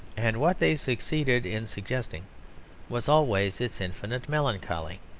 and what they succeeded in suggesting was always its infinite melancholy.